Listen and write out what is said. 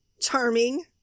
Charming